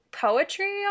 Poetry